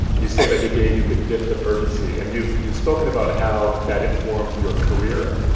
you say that he gave you the gift of urgency. and you've you've spoken about how that informed your career.